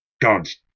God's